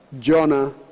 Jonah